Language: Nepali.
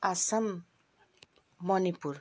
आसाम मणिपुर